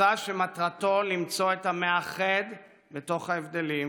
מסע שמטרתו למצוא את המאחד בתוך ההבדלים,